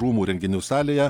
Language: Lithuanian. rūmų renginių salėje